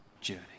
journey